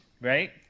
right